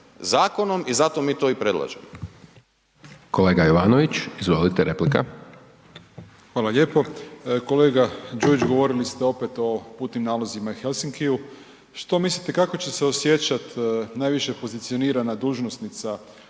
zakonom i zato mi to i predlažemo.